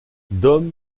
dom